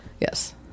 Yes